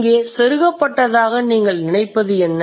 இங்கே செருகப்பட்டதாக நீங்கள் நினைப்பது என்ன